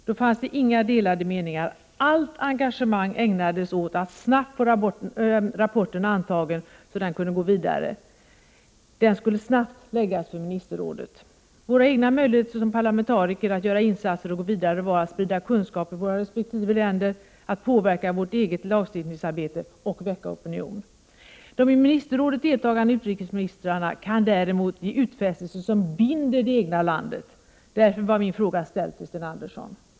Då fanns det inga delade meningar, allt engagemang ägnades åt att snabbt få rapporten antagen så att den kunde gå vidare. Den skulle snabbt läggas fram för ministerrådet. Våra egna möjligheter som parlamentariker att göra insatser och gå vidare var att sprida kunskap i våra resp. länder, att påverka vårt eget lagstiftningsarbete och väcka opinion. De i ministerrådet deltagande utrikesministrarna kan däremot ge utfästelser som binder det egna landet — därför var min fråga ställd till Sten Andersson.